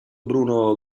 bruno